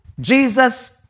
Jesus